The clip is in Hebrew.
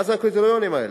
מה זה הקריטריונים האלה?